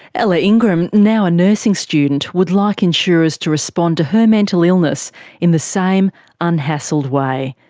ella ingram, now a nursing student, would like insurers to respond to her mental illness in the same un-hassled way.